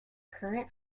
current